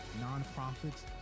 nonprofits